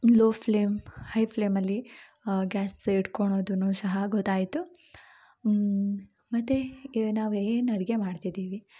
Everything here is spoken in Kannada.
ಲೊ ಫ್ಲೇಮ್ ಹೈ ಫ್ಲೇಮಲ್ಲಿ ಗ್ಯಾಸ್ ಹಿಡ್ಕೊಳುದು ಸಹ ಗೊತ್ತಾಯಿತು ಮತ್ತು ನಾವು ಏನು ಅಡುಗೆ ಮಾಡ್ತಿದ್ದೀವಿ